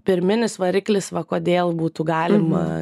pirminis variklis va kodėl būtų galima